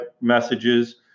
messages